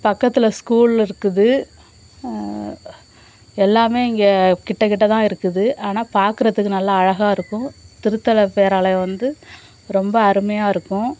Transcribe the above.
பக்கத்தில் ஸ்கூல் இருக்குது எல்லாமே இங்கே கிட்ட கிட்ட தான் இருக்குது ஆனால் பார்க்குறதுக்கு நல்லா அழகாக இருக்கும் திருத்தல பேராலயம் வந்து ரொம்ப அருமையாக இருக்கும்